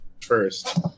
first